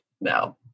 No